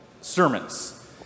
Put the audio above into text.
sermons